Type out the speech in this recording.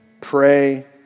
Pray